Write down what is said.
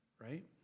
right